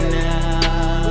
now